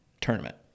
tournament